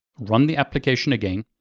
run the application again,